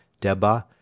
Deba